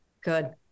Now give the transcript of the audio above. Good